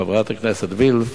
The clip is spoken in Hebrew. מחברת הכנסת וילף,